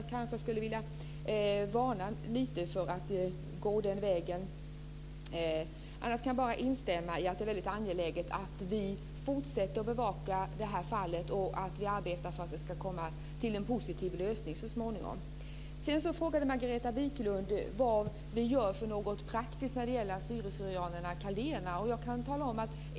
Jag vill varna för att gå den vägen. Jag kan instämma i att det är angeläget att vi fortsätter att bevaka fallet och arbetar för en positiv lösning så småningom. Margareta Viklund frågade vad vi gör praktiskt för assyrier/syrianer och kaldéer.